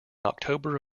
october